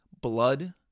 Blood